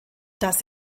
das